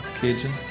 Cajun